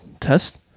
test